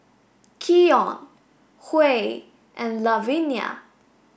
Keion Huey and Lavenia